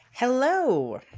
Hello